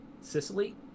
Sicily